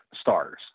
stars